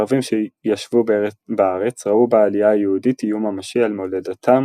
הערבים שישבו בארץ ראו בעלייה היהודית איום ממשי על מולדתם